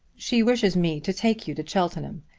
she wishes me to take you to cheltenham.